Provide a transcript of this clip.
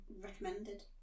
Recommended